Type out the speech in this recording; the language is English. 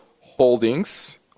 Holdings